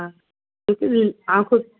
ہاں کیونکہ آپ خود